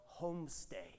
homestay